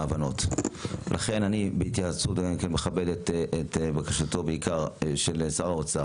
לכן בהתייעצות אני מכבד את בקשתו של שר האוצר